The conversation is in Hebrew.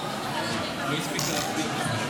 לא הספיקה להצביע.